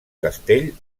castell